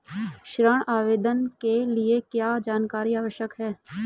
ऋण आवेदन के लिए क्या जानकारी आवश्यक है?